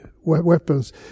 weapons